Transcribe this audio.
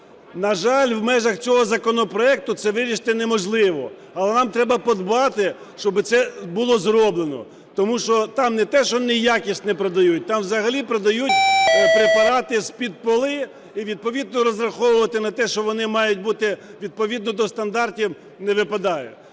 На жаль, в межах цього законопроекту це вирішити неможливо, але нам треба подбати, щоб це було зроблено, тому що там не те, що неякісне продають, там взагалі продають препарати з-під поли і відповідно розраховувати на те, що вони мають бути відповідно до стандартів, не випадає.